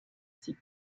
sie